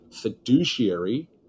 fiduciary